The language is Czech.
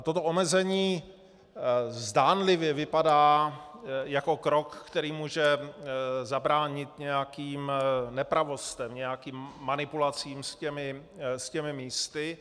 Toto omezení zdánlivě vypadá jako krok, který může zabránit nějakým nepravostem, nějakým manipulacím s těmi místy.